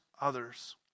others